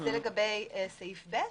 זה לגבי סעיף (ב).